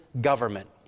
government